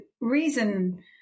reason